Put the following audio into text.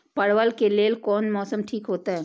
परवल के लेल कोन मौसम ठीक होते?